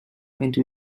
into